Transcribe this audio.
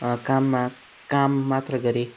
काममा काम मात्र गरेँ